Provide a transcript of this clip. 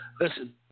Listen